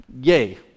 yay